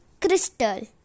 Crystal